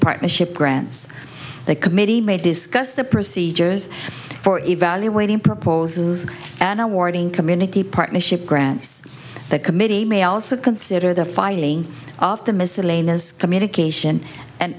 partnership grants the committee may discuss the procedures for evaluating proposals and on community partnership grants the committee may also consider the filing of the miscellaneous communication and